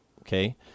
Okay